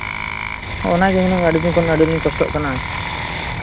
ᱚᱱᱟᱜᱮ ᱦᱩᱱᱟᱹᱝ ᱟᱹᱰᱤ ᱫᱤᱱ ᱠᱷᱚᱱ ᱫᱚᱢᱮ ᱞᱤᱧ ᱠᱚᱥᱴᱚᱜ ᱠᱟᱱᱟ